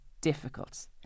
difficult